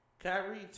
Kyrie